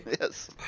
Yes